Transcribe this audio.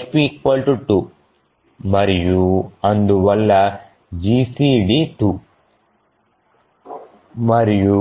F 2 మరియు అందువల్ల GCD 2 మరియు